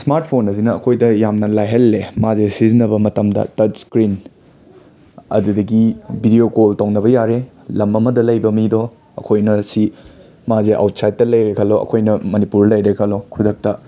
smart phone ꯑꯁꯤꯅ ꯑꯩꯈꯣꯏꯗ ꯌꯥꯝꯅ ꯂꯥꯏꯍꯜꯂꯦ ꯃꯥꯁꯦ ꯁꯤꯖꯤꯟꯅꯕ ꯃꯇꯝꯗ ꯇꯁ ꯁ꯭ꯀ꯭ꯔꯤꯟ ꯑꯗꯨꯗꯒꯤ ꯕꯤꯗꯤꯑꯣ ꯀꯣꯜ ꯇꯧꯅꯕ ꯌꯥꯔꯦ ꯂꯝ ꯑꯃꯗ ꯂꯩꯕ ꯃꯤꯗꯣ ꯑꯩꯈꯣꯏꯅ ꯁꯤ ꯃꯥꯁꯦ ꯑꯥꯎꯠꯁꯥꯏꯗꯇ ꯂꯩꯔꯦ ꯈꯜꯂꯣ ꯑꯩꯈꯣꯏꯅ ꯃꯅꯤꯄꯨꯔ ꯂꯩꯔꯦ ꯈꯜꯂꯣ ꯈꯨꯗꯛꯇ